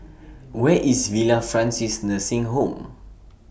Where IS Villa Francis Nursing Home